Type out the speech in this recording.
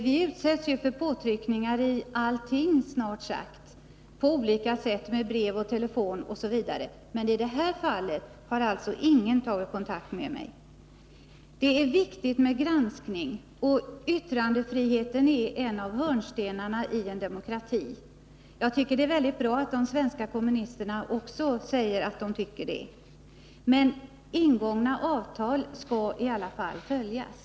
Vi utsätts ju för påtryckningar i snart sagt alla sammanhang på olika sätt — med brev, per telefon osv. — men i det här fallet har alltså ingen tagit kontakt med mig. Det är viktigt med granskning, och yttrandefriheten är en av hörnstenarna i en demokrati. Jag tycker det är väldigt bra att de svenska kommunisterna också säger att de tycker det. Men ingångna avtal skall i alla fall följas.